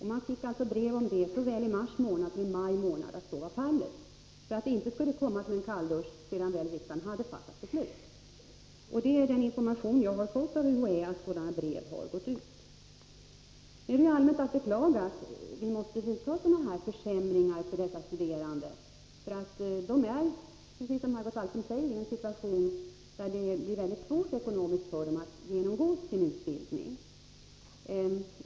Man fick alltså brev såväl i mars månad som i maj månad om att så var fallet, för att det inte skulle komma som en kalldusch sedan riksdagen väl hade fattat beslut. Det är den information jag har fått av UHÄ, att sådana brev har gått ut. Det är nu allmänt att beklaga att vi måste vidta sådana här försämringar för dessa studerande, för de befinner sig, precis som Margot Wallström säger, i en situation då det blir mycket svårt ekonomiskt för dem att genomgå sin utbildning.